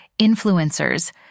influencers